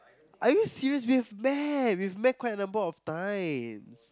are you serious we have met we have met quite a number of times